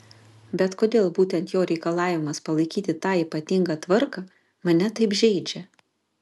bet kodėl būtent jo reikalavimas palaikyti tą ypatingą tvarką mane taip žeidžia